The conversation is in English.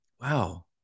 Wow